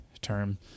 term